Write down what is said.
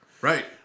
right